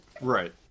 Right